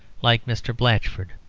like mr. blatchford.